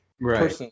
right